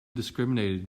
discriminated